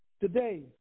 today